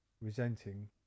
resenting